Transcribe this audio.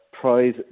prize